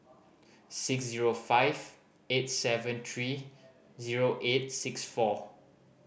six zero five eight seven three zero eight six four